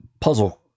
puzzle